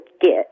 get